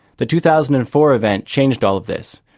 the two thousand and four event changed all of this.